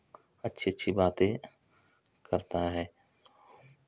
अच्छी अच्छी बातें करता है